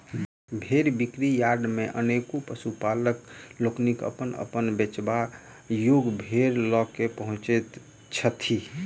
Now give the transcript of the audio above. भेंड़ बिक्री यार्ड मे अनेको पशुपालक लोकनि अपन अपन बेचबा योग्य भेंड़ ल क पहुँचैत छथि